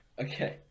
Okay